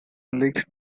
leaked